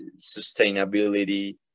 sustainability